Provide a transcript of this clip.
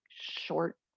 short